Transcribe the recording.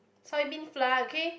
soy bean flour okay